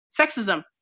Sexism